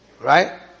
right